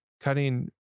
cutting